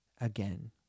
again